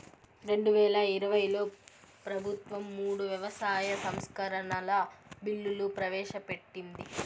రెండువేల ఇరవైలో ప్రభుత్వం మూడు వ్యవసాయ సంస్కరణల బిల్లులు ప్రవేశపెట్టింది